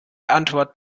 antwort